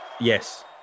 yes